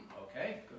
okay